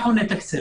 אנחנו נתקצב.